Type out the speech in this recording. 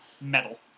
metal